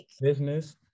business